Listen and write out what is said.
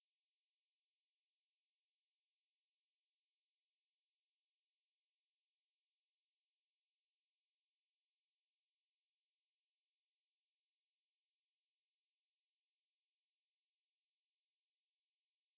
yes the event finishes on the third day so it's only three days the event முடிஞ்சிட்டு மற்ற நாள் வந்து அது சொல்லுது:mudinchuttu matra naal vanthu athu solluthu oh sorry guys like err I couldn't like make it on the last day because um you know I had something on in school or whatever